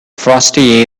frosty